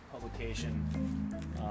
publication